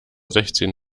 sechzehn